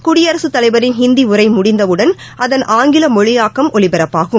குடியரசுத் தலைவரின் ஹிந்திஉரைமுடிந்தவுடன் அதன் ஆங்கிலமொழியாக்கம் ஒலிபரப்பாகும்